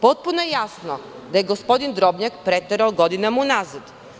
Potpuno je jasno da je gospodin Drobnjak preterao godinama unazad.